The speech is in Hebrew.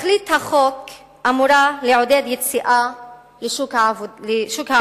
תכלית החוק אמורה להיות לעודד יציאה לשוק העבודה.